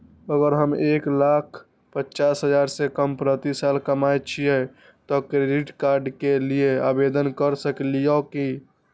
अगर हम एक लाख पचास हजार से कम प्रति साल कमाय छियै त क्रेडिट कार्ड के लिये आवेदन कर सकलियै की?